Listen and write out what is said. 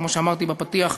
וכמו שאמרתי בפתיח,